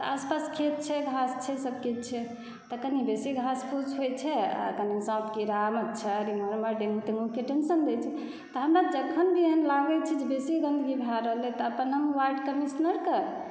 तँ आसपास खेत छै घास छै सबकिछु छै तऽ कनी बेसी घास फूस होइ छै आओर कनी साँप कीड़ा मच्छर एमहर ओमहर डेन्गू टेन्गूके टेन्शन दै छै तऽ हमरा जखन भी एहन लागैत छै जे बेसी गन्दगी भऽ रहल अछि तँ हम वार्ड कमिश्नरकेँ